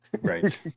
Right